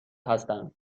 هستند